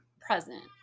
present